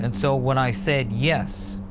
and so when i said yes,